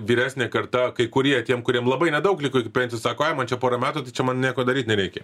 vyresnė karta kai kurie tiem kuriem labai nedaug liko iki pensijos sako ai man čia pora metų tai čia man nieko daryt nereikia